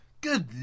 Good